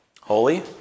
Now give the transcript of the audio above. Holy